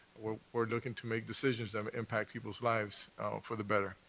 we're we're looking to make decisions that impact people's lives for the better.